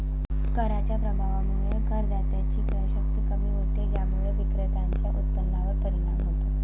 कराच्या प्रभावामुळे करदात्याची क्रयशक्ती कमी होते, ज्यामुळे विक्रेत्याच्या उत्पन्नावर परिणाम होतो